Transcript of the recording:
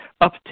up